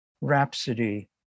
rhapsody